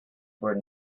were